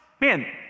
man